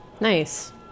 Nice